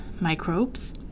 microbes